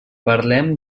parlem